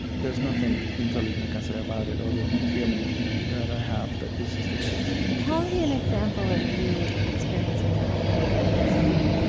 there's nothing intelligent i can say about it other than a feeling that i have that this is the case tell me an example of you experiencing that with a piece of art